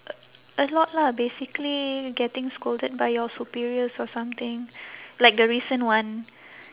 a lot lah basically getting scolded by your superiors or something like the recent one